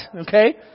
okay